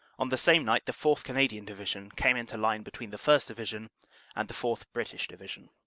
on the same night the fourth. canadian division came into line between the first. division and the fourth. british division.